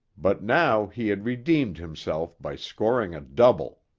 but now he had redeemed himself by scoring a double.